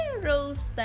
Rose